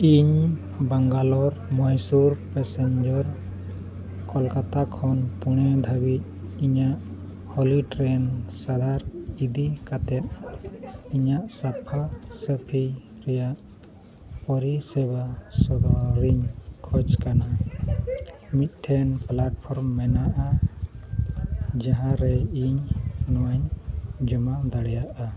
ᱤᱧ ᱵᱮᱝᱜᱟᱞᱳᱨ ᱢᱚᱭᱥᱳᱨ ᱯᱮᱥᱮᱱᱡᱟᱨ ᱠᱳᱞᱠᱟᱛᱟ ᱠᱷᱚᱱ ᱯᱩᱱᱮ ᱫᱷᱟᱹᱵᱤᱡ ᱤᱧᱟᱹᱜ ᱦᱳᱣᱟᱞᱮᱴ ᱨᱮᱱ ᱥᱟᱸᱜᱷᱟᱨ ᱤᱫᱤ ᱠᱟᱛᱮᱫ ᱤᱧᱟᱹᱜ ᱥᱟᱯᱷᱟ ᱥᱟᱹᱯᱷᱤ ᱨᱮᱭᱟᱜ ᱯᱨᱤᱥᱮᱵᱟ ᱥᱚᱫᱚᱨᱤᱧ ᱠᱷᱚᱡᱽ ᱠᱟᱱᱟ ᱢᱤᱫᱴᱮᱱ ᱯᱞᱟᱴᱯᱷᱨᱚᱢ ᱢᱮᱱᱟᱜᱼᱟ ᱡᱟᱦᱟᱸ ᱨᱮ ᱤᱧ ᱱᱚᱣᱟᱧ ᱡᱚᱢᱟ ᱫᱟᱲᱮᱭᱟᱜᱼᱟ